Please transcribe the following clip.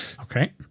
Okay